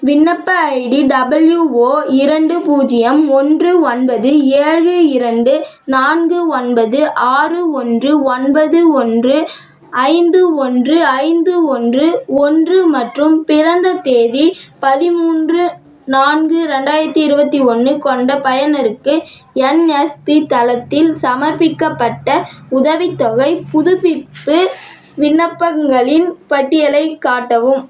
விண்ணப்ப ID W O இரண்டு பூஜ்ஜியம் ஒன்று ஒன்பது ஏழு இரண்டு நான்கு ஒன்பது ஆறு ஒன்று ஒன்பது ஒன்று ஐந்து ஒன்று ஐந்து ஒன்று ஒன்று மற்றும் பிறந்த தேதி பதிமூன்று நான்கு ரெண்டாயிரத்தி இருபத்தி ஒன்று கொண்ட பயனருக்கு என்எஸ்பி தளத்தில் சமர்ப்பிக்கப்பட்ட உதவித்தொகைப் புதுப்பிப்பு விண்ணப்பங்களின் பட்டியலைக் காட்டவும்